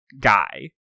guy